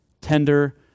Tender